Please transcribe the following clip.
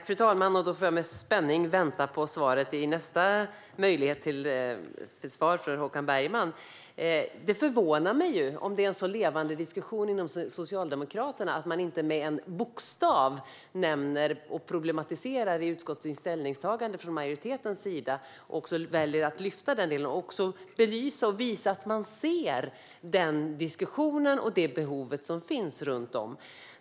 Fru talman! Då får jag med spänning vänta på svaret i nästa replik från Håkan Bergman. Om det nu är en så levande diskussion inom Socialdemokraterna förvånar det mig att majoriteten inte med en bokstav nämner och problematiserar i utskottets ställningstagande. Det förvånar mig också att man inte väljer att lyfta den delen och att man inte belyser och visar att man ser den diskussion och det behov som finns runt om i landet.